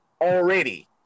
already